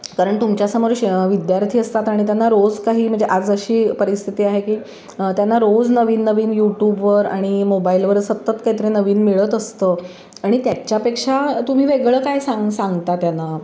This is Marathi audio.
कारण तुमच्यासमोर श विद्यार्थी असतात आणि त्यांना रोज काही म्हणजे आज अशी परिस्थिती आहे की त्यांना रोज नवीन नवीन यूटूबवर आणि मोबाईलवर सतत काहीतरी नवीन मिळत असतं आणि त्याच्यापेक्षा तुम्ही वेगळं काय सांग सांगता त्यांना